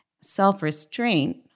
self-restraint